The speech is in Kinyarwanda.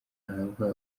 ahabwa